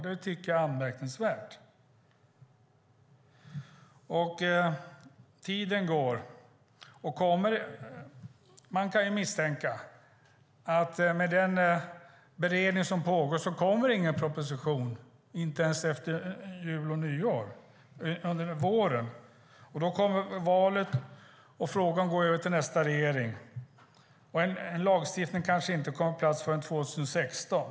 Det tycker jag är anmärkningsvärt. Tiden går. Man kan misstänka att med den beredning som pågår kommer det ingen proposition, inte ens under våren. Sedan kommer valet och frågan går över till nästa regering. En lagstiftning kommer kanske inte på plats förrän 2016.